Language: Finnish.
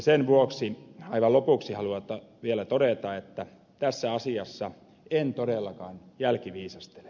sen vuoksi aivan lopuksi haluan vielä todeta että tässä asiassa en todellakaan jälkiviisastele